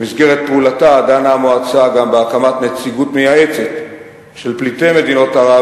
במסגרת פעולתה דנה המועצה גם בהקמת נציגות מייעצת של פליטי מדינות ערב